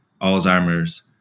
Alzheimer's